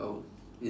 oh